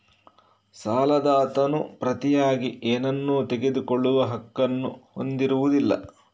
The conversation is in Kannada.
ಸಾಲದಾತನು ಪ್ರತಿಯಾಗಿ ಏನನ್ನೂ ತೆಗೆದುಕೊಳ್ಳುವ ಹಕ್ಕನ್ನು ಹೊಂದಿರುವುದಿಲ್ಲ